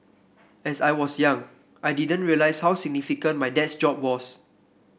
as I was young I didn't realise how significant my dad's job was